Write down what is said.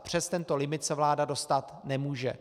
Přes tento limit se vláda dostat nemůže.